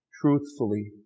truthfully